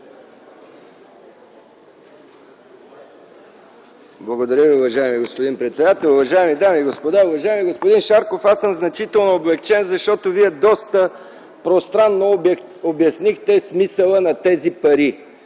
Благодаря Ви, уважаеми господин председател. Уважаеми дами и господа! Уважаеми господин Шарков, аз съм значително облекчен, защото Вие доста пространно обяснихте смисъла на тези пари,